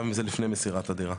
גם אם זה לפני מסירת הדירה.